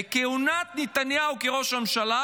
בכהונת נתניהו כראש ממשלה,